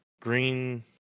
green